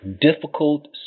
difficult